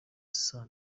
saa